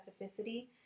specificity